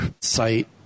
site